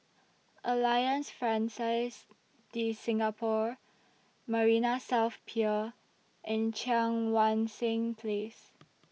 Alliance Francaise De Singapour Marina South Pier and Cheang Wan Seng Place